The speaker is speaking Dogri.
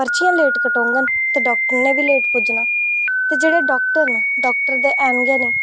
पर्चियां लेट कटोङन ते डॉक्टर नै बी लेट पुज्जना ते जेह्ड़े डॉक्टर ते हैन गै नेईं